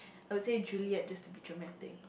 I'll say Juliet just to be dramatic